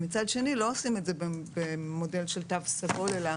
ומצד שני לא עושים את זה במודל של תו סגול אלא